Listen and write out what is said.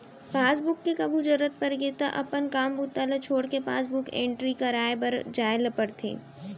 passbook के कभू जरूरत परगे त अपन काम बूता ल छोड़के पासबुक एंटरी कराए बर जाए ल परथे